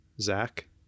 Zach